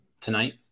tonight